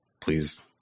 please